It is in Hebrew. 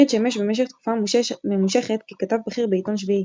פריד שימש במשך תקופה ממושכת ככתב בכיר בעיתון "שביעי".